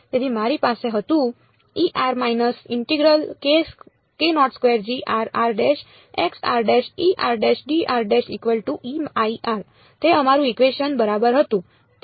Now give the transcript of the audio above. તેથી મારી પાસે હતું તે અમારું ઇકવેશન બરાબર હતું